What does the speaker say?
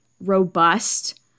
robust